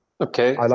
Okay